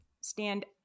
stand